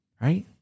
right